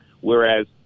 whereas